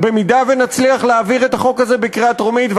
אם נצליח להעביר את החוק הזה בקריאה טרומית,